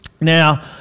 Now